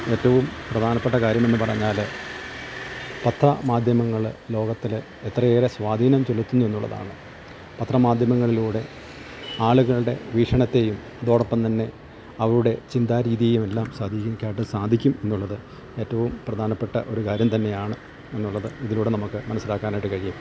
ഏറ്റവും പ്രധാനപ്പെട്ട കാര്യമെന്ന് പറഞ്ഞാല് പത്ര മാധ്യമങ്ങള് ലോകത്തില് എത്രയേറെ സ്വാധീനം ചെലുത്തുന്നു എന്നുള്ളതാണ് പത്രമാധ്യമങ്ങളിലൂടെ ആളുകളുടെ വീക്ഷണത്തെയും അതോടൊപ്പം തന്നെ അവരുടെ ചിന്താരീതിയും എല്ലാം സ്വാധീനിക്കാനായിട്ട് സാധിക്കും എന്നുള്ളത് ഏറ്റവും പ്രധാനപ്പെട്ട ഒരു കാര്യം തന്നെയാണ് എന്നുള്ളത് ഇതിലൂടെ നമുക്ക് മനസ്സിലാക്കാനായിട്ട് കഴിയും